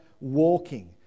walking